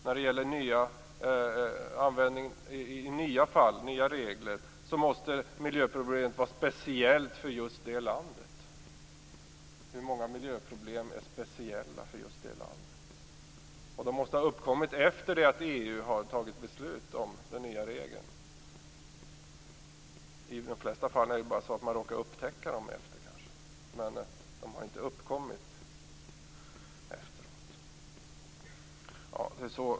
När det gäller nya regler måste miljöproblemet vara speciellt för just det landet. Hur många miljöproblem är speciella för just det landet? Och de måste ha uppkommit efter det att EU har fattat beslut om den nya regeln. I de flesta fall är det bara så att man kanske råkar upptäcka problemen efteråt. De har inte uppkommit då.